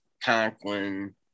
Conklin